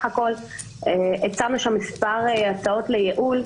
הצענו שם מספר הצעות לייעול.